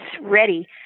ready